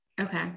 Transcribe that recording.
Okay